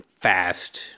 fast